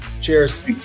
Cheers